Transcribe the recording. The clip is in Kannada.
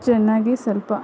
ಚೆನ್ನಾಗಿ ಸ್ವಲ್ಪ